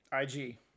IG